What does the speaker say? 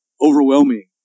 overwhelming